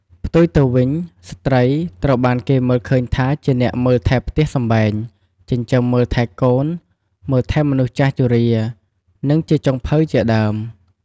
ផ្ទុយទៅវិញ ស្ត្រី ត្រូវបានគេមើលឃើញថាជាអ្នកមើលថែផ្ទះសម្បែង ចិញ្ចឹមមើលថែកូន មើលថែមនុស្សចាស់ជរា និងជាចុងភៅជាដើម។